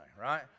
right